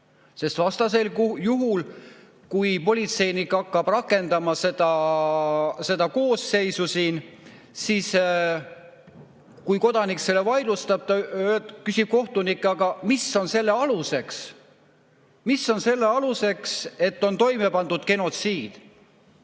Sest vastasel juhul, kui politseinik hakkab rakendama seda koosseisu siin ja kodanik selle vaidlustab, küsib kohtunik, aga mis on selle aluseks. Mis on selle aluseks,